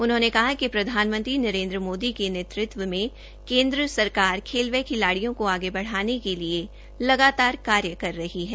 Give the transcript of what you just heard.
उन्होंने कहा कि प्रधानमंत्री नरेंद्र मोदी के नेतृत्व में केंद्र सरकार खेल व खिलाडियों को आगे बढ़ाने के लिए लगातार कार्य कर रही है